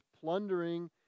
plundering